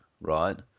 right